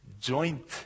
joint